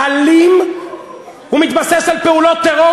אלים ומתבסס על פעולות טרור,